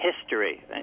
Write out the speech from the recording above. history